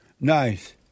Nice